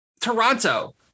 Toronto